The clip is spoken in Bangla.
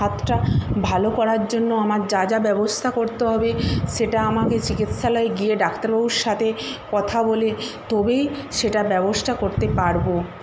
হাতটা ভালো করার জন্য আমার যা যা ব্যবস্থা করতে হবে সেটা আমাকে চিকিৎসালয়ে গিয়ে ডাক্তারবাবুর সাতে কথা বলে তবেই সেটা ব্যবস্থা করতে পারবো